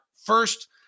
first